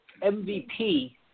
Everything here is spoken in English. MVP –